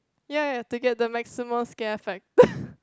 ya have to get the maximum scare factor